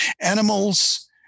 animals